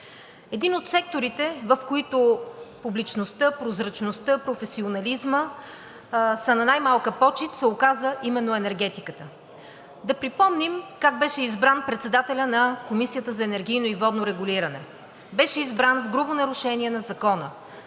Един от секторите, в които публичността, прозрачността, професионализмът са на най-малка почит, се оказа именно енергетиката. Да припомним как беше избран председателят на Комисията за енергийно и водно регулиране. Беше избран в грубо нарушение на закона